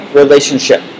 relationship